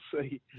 see